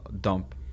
dump